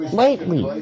lightly